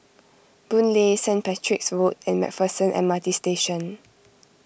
Boon Lay Saint Patrick's Road and MacPherson M R T Station